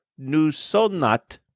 Nusonat